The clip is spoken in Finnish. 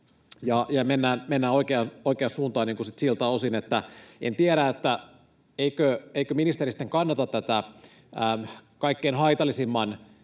mennään oikeaan suuntaan siltä osin. En tiedä, eikö ministeri sitten kannata tätä kaikkein haitallisimman